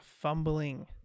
fumbling